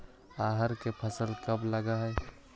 अरहर के फसल कब लग है?